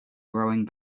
growing